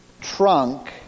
trunk